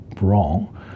wrong